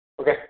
Okay